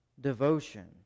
devotion